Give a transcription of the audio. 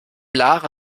lara